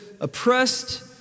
oppressed